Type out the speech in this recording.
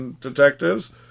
detectives